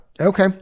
Okay